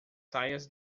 saias